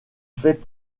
fait